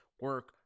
Work